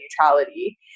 neutrality